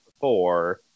four